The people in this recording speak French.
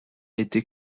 été